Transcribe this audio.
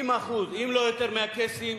90%, אם לא יותר, מהקייסים